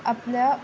आपल्या